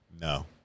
No